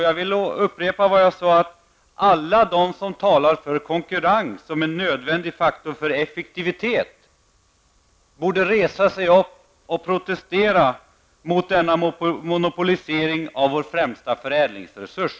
Jag vill upprepa vad jag sade tidigare: Alla de som talar för konkurrens som en nödvändig faktor för effektivitet borde resa sig upp och protestera mot denna monopolisering av vår främsta förädlingsresurs.